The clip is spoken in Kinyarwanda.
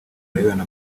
birebana